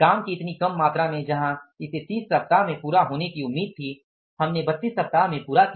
काम की इतनी कम मात्रा में जहां इसे 30 सप्ताह में पूरा होने की उम्मीद थी हमने 32 सप्ताह में पूरा किया